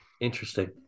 Interesting